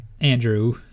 Andrew